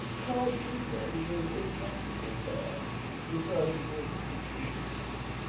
coadjutor is an ecclesiastical term referring to a bishop's assistant,